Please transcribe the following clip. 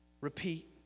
repeat